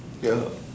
ya